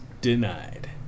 denied